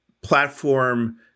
platform